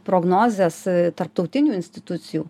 prognozes tarptautinių institucijų